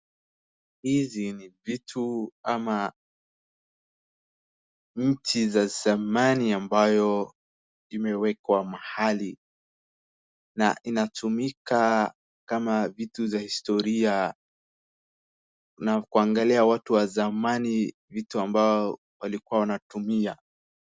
Hizi ni vitu ama mti za zamani ambayo imewekwa mahali, na inatumika kama vitu za historia na kuangalia watu wa zamani vitu ambao walikua wanatumia.